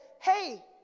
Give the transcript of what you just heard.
hey